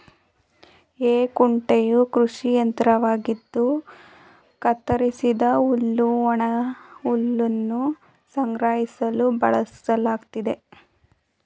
ಹೇ ಕುಂಟೆಯು ಕೃಷಿ ಯಂತ್ರವಾಗಿದ್ದು ಕತ್ತರಿಸಿದ ಹುಲ್ಲು ಒಣಹುಲ್ಲನ್ನು ಸಂಗ್ರಹಿಸಲು ಬಳಸಲಾಗ್ತದೆ